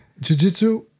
Jiu-Jitsu